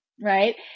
right